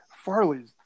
Farley's